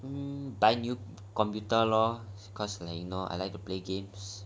mm buy new computer lor because like you know I like to play games